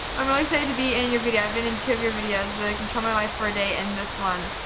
i'm really excited to be in your video. i've been in two of your videos, the control my life for a day and this one.